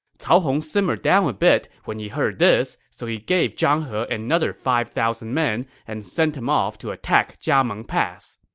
cao hong simmered down a bit when he heard this, so he gave zhang he another five thousand men and sent him off to attack jiameng pass.